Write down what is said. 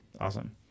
Awesome